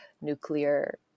nuclear